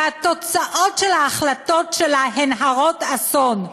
והתוצאות של ההחלטות שלה הן הרות אסון.